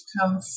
come